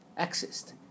accessed